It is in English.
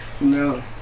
No